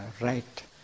right